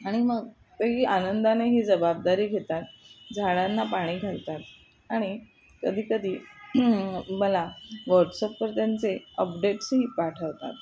आणि मग तेही आनंदाने ही जबाबदारी घेतात झाडांना पाणी घालतात आणि कधीकधी मला वॉट्सअपवर त्यांचे अपडेट्सही पाठवतात